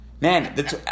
Man